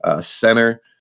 Center